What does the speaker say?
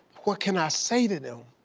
what can i say to them?